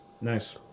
Nice